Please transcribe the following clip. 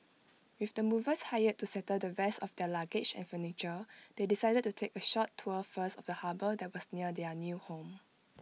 with the movers hired to settle the rest of their luggage and furniture they decided to take A short tour first of the harbour that was near their new home